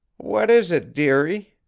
what is it, dearie,